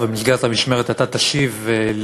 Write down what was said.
שלוש דקות, בבקשה.